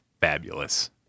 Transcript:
fabulous